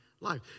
life